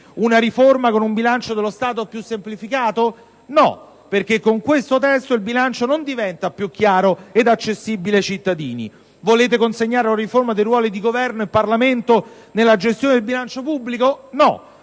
Una riforma con un bilancio dello Stato più semplificato? No, perché con questo testo il bilancio non diventa più chiaro ed accessibile ai cittadini. Volete consegnare una riforma dei ruoli di Governo e Parlamento nella gestione del bilancio pubblico? No,